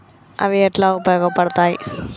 అవి ఎట్లా ఉపయోగ పడతాయి?